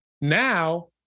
Now